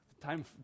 Time